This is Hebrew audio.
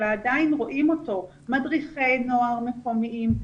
אלא עדיין רואים אותו מדריכי נוער מקומיים,